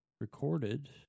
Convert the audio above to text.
recorded